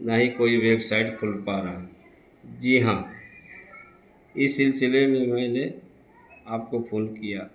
نہ ہی کوئی ویب سائٹ کھل پا رہا ہے جی ہاں اس سلسلے میں میں نے آپ کو فون کیا